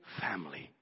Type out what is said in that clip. family